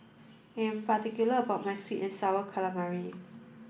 I'm particular about my sweet and sour calamari